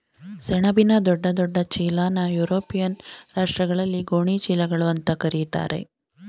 ಸೆಣಬಿನ ದೊಡ್ಡ ದೊಡ್ಡ ಚೀಲನಾ ಯುರೋಪಿಯನ್ ರಾಷ್ಟ್ರಗಳಲ್ಲಿ ಗೋಣಿ ಚೀಲಗಳು ಅಂತಾ ಕರೀತಾರೆ